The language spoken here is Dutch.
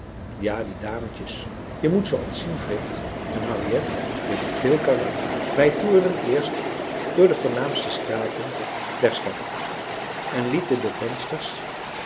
ja die dametjes je moet ze ontzien vrind en henriet heeft veel karakter wij toerden eerst door de voornaamste straten der stad en lieten de vensters